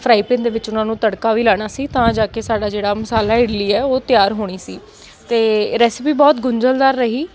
fry pan ਦੇ ਵਿੱਚ ਉਹਨਾਂ ਨੂੰ ਤੜਕਾ ਵੀ ਲਾਉਣਾ ਸੀ ਤਾਂ ਜਾ ਕੇ ਸਾਡਾ ਜਿਹੜਾ ਮਸਾਲਾ ਇਡਲੀ ਹੈ ਉਹ ਤਿਆਰ ਹੋਣੀ ਸੀ ਅਤੇ ਰੈਸਿਪੀ ਬਹੁਤ ਗੁੰਝਲਦਾਰ ਰਹੀ